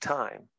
time